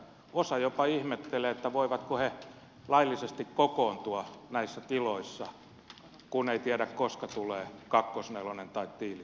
osa jopa ihmettelee voivatko he laillisesti kokoontua näissä tiloissa kun ei tiedä koska tulee kakkosnelonen tai tiili sisään